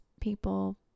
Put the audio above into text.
people